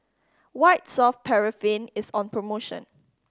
White Soft Paraffin is on promotion